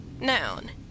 Noun